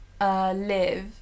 live